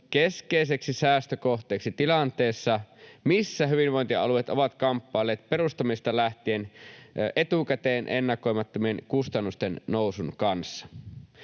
keskeiseksi säästökohteeksi tilanteessa, missä hyvinvointialueet ovat kamppailleet perustamisesta lähtien etukäteen ennakoimattoman kustannusten nousun kanssa.